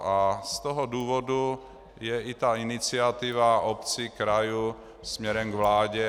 Z toho důvodu je i ta iniciativa obcí, krajů směrem k vládě.